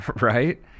right